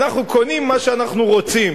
אנחנו קונים מה שאנחנו רוצים.